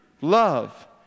love